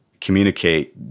communicate